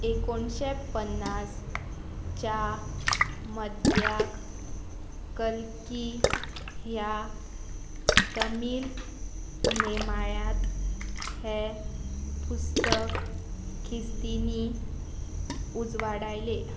एकोणशे पन्नास च्या मध्याक कलकी ह्या तमील नेमाळ्यांत हें पुस्तक खिस्तीनी उजवाडायलें